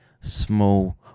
small